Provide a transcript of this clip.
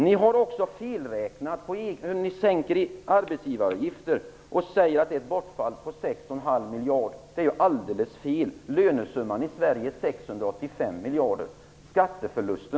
Ni gör också en felräkning när ni vill sänka arbetsgivaravgifterna på ett sätt som innebär ett bortfall med 6 1⁄2 miljard. Det är alldeles fel. Lönesumman i Sverige uppgår till 685 miljarder.